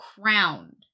crowned